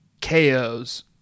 KOs